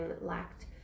lacked